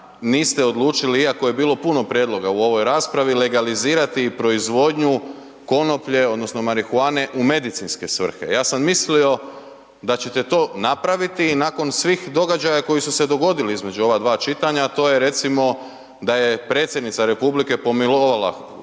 niste odlučili, iako je bilo puno prijedloga u ovoj raspravi, legalizirati proizvodnju konoplje, odnosno, marihuane u medicinske svrhe. Ja sam mislio, da ćete to napraviti i nakon svih događaja koja su se dogodila između ova 2 čitanja, a to je recimo da je predsjednica Republika pomilovala